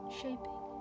shaping